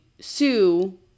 sue